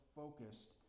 focused